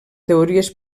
teories